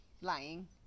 lying